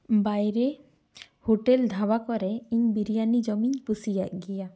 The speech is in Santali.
ᱵᱟᱭᱨᱮ ᱦᱳᱴᱮᱞ ᱫᱷᱟᱵᱟ ᱠᱚᱨᱮ ᱤᱧ ᱵᱤᱨᱭᱟᱱᱤ ᱡᱚᱢᱤᱧ ᱠᱩᱥᱤᱭᱟᱜ ᱜᱮᱭᱟ